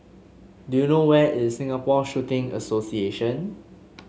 do you know where is Singapore Shooting Association